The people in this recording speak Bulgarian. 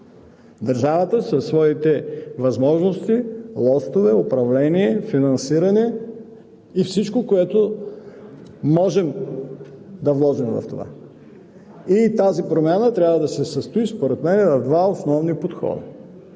Държавата със своите възможности, лостове, управление, финансиране и всичко, което можем да вложим в това. Тази промяна трябва да се състои според мен в два основни подхода.